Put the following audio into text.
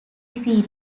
this